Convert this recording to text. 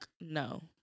No